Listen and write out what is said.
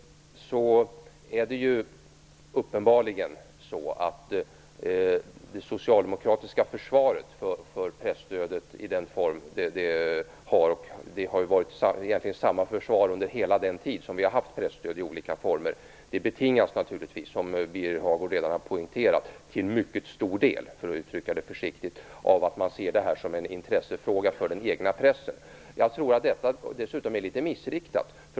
Det socialdemokratiska försvaret av presstödet i den form det har nu betingas, som Birger Hagård redan har poängterat, till mycket stor del, för att uttrycka det försiktigt, av att man ser det som en intressefråga för den egna pressen. Det är uppenbart. Det har egentligen varit samma försvar under hela den tid vi har haft presstöd i olika former. Jag tror att det dessutom är litet missriktat.